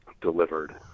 delivered